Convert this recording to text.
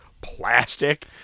plastic